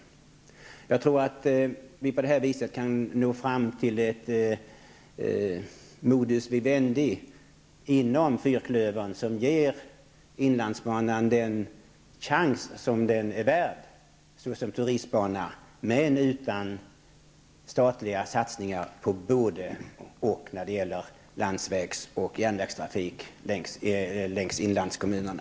Jag tror att vi på det här viset kan nå fram till ett modus vivendi inom fyrklövern. Det kan ge inlandsbanan den chans som den är värd som turistbana, men utan statliga satsningar på både landsvägs och järnvägstrafik i inlandskommunerna.